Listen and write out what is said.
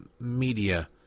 media